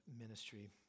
ministry